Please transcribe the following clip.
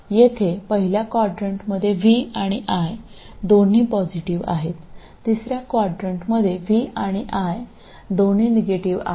ഇവിടെ ആദ്യ ക്വാഡ്രന്റിൽ v ഉം i ഉം പോസിറ്റീവ് ആണ് മൂന്നാമത്തെ ക്വാഡ്രന്റിൽ v ഉം i ഉം നെഗറ്റീവ് ആണ്